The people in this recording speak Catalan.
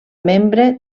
membre